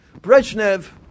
Brezhnev